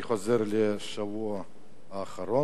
אני עובר לשבוע האחרון.